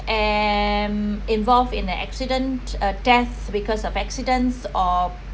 am involved in the accident uh death because of accidents or